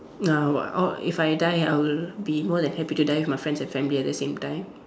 uh wh~ uh if I die I will be more than happy to die with my friends and family at the same time